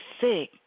sick